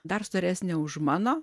dar storesnė už mano